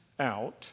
out